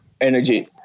energy